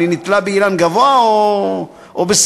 אני נתלה באילן גבוה או בשיח?